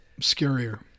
scarier